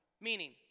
Meaning